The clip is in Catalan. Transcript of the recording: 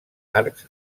arcs